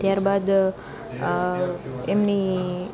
ત્યાર બાદ એમની